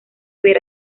ver